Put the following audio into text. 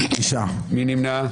מי נמנע?